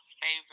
favorite